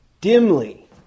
dimly